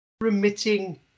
remitting